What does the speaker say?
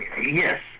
yes